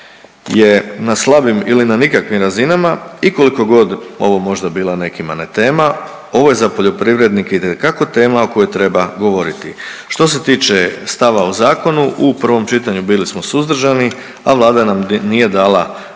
je na slabim ili na nikakvim razinama i koliko god ovo možda bila nekima ne tema ovo je za poljoprivrednike itekako tema o kojoj treba govoriti. Što se tiče stava o zakonu u prvom čitanju bili smo suzdržani, a Vlada nam nije dala